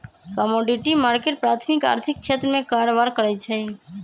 commodity market प्राथमिक आर्थिक क्षेत्र में कारबार करै छइ